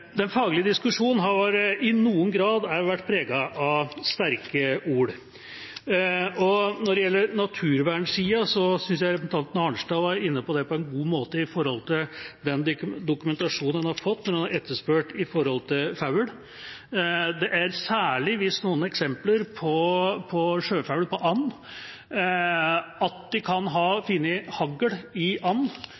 Den faglige diskusjonen har i noen grad også vært preget av sterke ord. Når det gjelder naturvernsida, synes jeg representanten Arnstad var inne på på en god måte den dokumentasjonen en har fått når en har etterspurt det som gjelder fugl. Det er særlig vist til noen eksempler på sjøfugl, på and, at de kan ha funnet hagl i